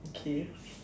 okay